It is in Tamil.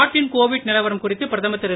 நாட்டின் கோவிட் நிலவரம் குறித்து பிரதமர் திரு